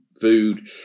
food